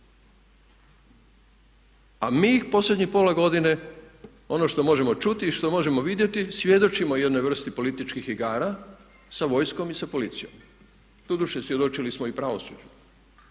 A mi ih posljednjih pola godine ono što možemo čuti i što možemo vidjeti svjedočimo jednoj vrsti političkih igara sa vojskom i sa policijom. Doduše svjedočili smo i pravosuđu